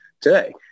today